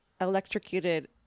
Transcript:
electrocuted